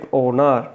owner